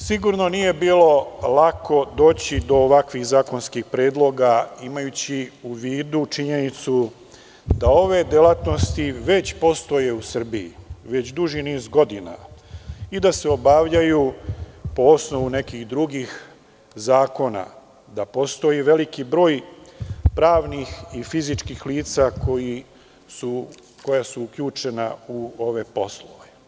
Sigurno nije bilo lako doći do ovakvih zakonskih predloga, imajući u vidu činjenicu da ove delatnosti već postoje u Srbiji duži niz godina i da se obavljaju po osnovu nekih drugih zakona, da postoji veliki broj pravnih i fizičkih lica koja su uključena u ove poslove.